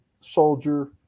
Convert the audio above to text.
soldier